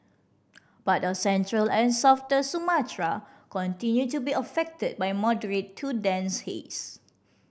part of central and southern Sumatra continue to be affected by moderate to dense haze